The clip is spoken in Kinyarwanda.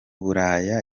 buraya